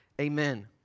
Amen